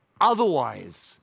Otherwise